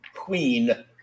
queen